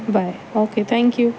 bye okay thank you